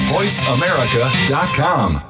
VoiceAmerica.com